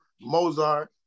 Mozart